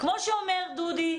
כמו שאומר דודי,